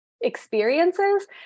experiences